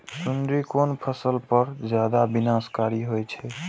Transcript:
सुंडी कोन फसल पर ज्यादा विनाशकारी होई छै?